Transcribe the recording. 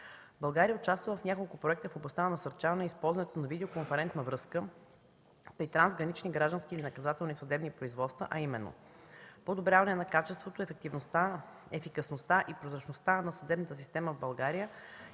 България участва в няколко проекта в областта на насърчаване използването на видеоконферентна връзка при трансгранични граждански или наказателни съдебни производства, а именно подобряване на качеството, ефикасността и прозрачността на съдебната система в България